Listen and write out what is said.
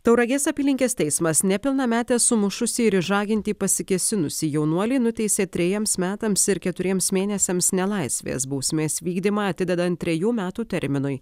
tauragės apylinkės teismas nepilnametę sumušusį ir išžaginti pasikėsinusį jaunuolį nuteisė trejiems metams ir keturiems mėnesiams nelaisvės bausmės vykdymą atidedant trejų metų terminui